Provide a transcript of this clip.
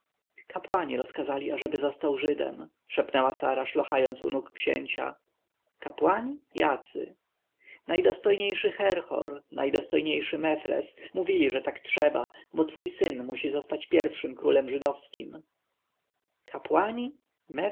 kapłani rozkazali ażeby został żydem szepnęła sara szlochając u nóg księcia kapłani jacy najdostojniejszy herhor najdostojniejszy mefres mówili że tak trzeba bo twój syn musi zostać pierwszym królem żydowskim kapłani mefres